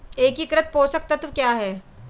एकीकृत पोषक तत्व क्या है?